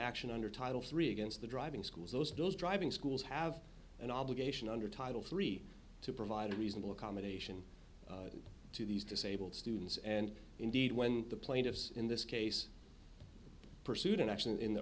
action under title three against the driving schools those doughs driving schools have an obligation under title three to provide reasonable accommodation to these disabled students and indeed when the plaintiffs in this case pursued an action in the